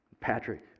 Patrick